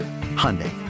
Hyundai